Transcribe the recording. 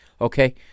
okay